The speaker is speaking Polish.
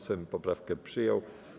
Sejm poprawkę przyjął.